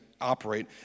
operate